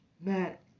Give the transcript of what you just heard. Matt